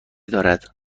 دارد